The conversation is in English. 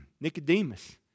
Nicodemus